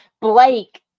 Blake